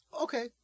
okay